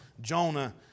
Jonah